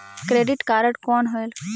Credit card कौन होएल?